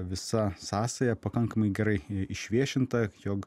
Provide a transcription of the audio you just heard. visa sąsaja pakankamai gerai išviešinta jog